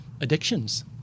addictions